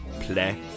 play